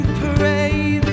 parade